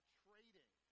trading